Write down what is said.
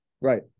Right